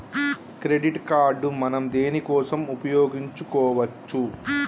Credit card మనం దేనికోసం ఉపయోగించుకోవచ్చు?